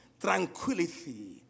tranquility